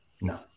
No